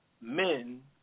men